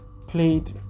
played